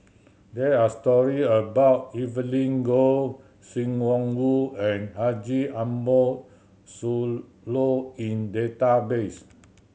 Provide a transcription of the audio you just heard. there are story about Evelyn Goh Sim Wong Hoo and Haji Ambo Sooloh in database